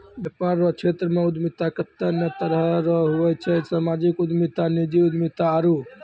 वेपार रो क्षेत्रमे उद्यमिता कत्ते ने तरह रो हुवै छै सामाजिक उद्यमिता नीजी उद्यमिता आरु